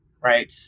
right